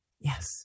Yes